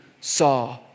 saw